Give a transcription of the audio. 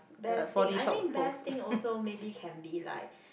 best thing I think best thing also maybe can be like